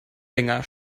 länger